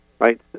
right